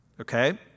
okay